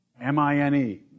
M-I-N-E